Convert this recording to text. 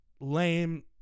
lame